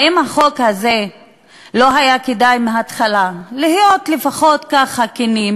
האם בחוק הזה לא היה כדאי מההתחלה להיות לפחות ככה כנים